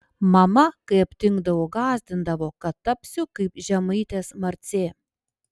mama kai aptingdavau gąsdindavo kad tapsiu kaip žemaitės marcė